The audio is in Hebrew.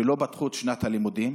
שלא פתחו את שנת הלימודים